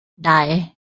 die